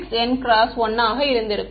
0Tn 1 ஆக இருந்திருக்கும்